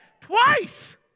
twice